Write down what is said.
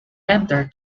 enter